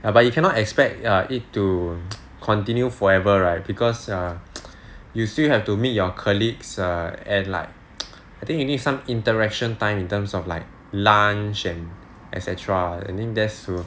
ya but you cannot expect it to continue forever right because err you still have to meet your colleagues err and like I think you need some interaction time in terms of like lunch and et cetera I think that's to